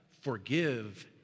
forgive